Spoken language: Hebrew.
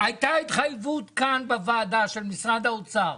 הייתה התחייבות כאן בוועדה של משרד האוצר,